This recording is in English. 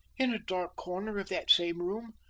in a dark corner of that same room.